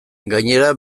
gainera